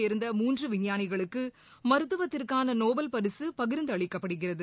சேர்ந்த மூன்று விஞ்ஞானிகளுக்கு மருத்துவத்திற்கான நோபல் பரிசு பகிர்ந்து அளிக்கப்படுகிறது